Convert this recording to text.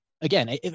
again